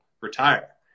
retire